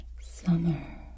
summer